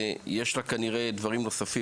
יש לה כנראה דברים נוספים.